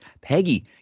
Peggy